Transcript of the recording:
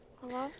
Hello